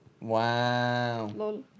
Wow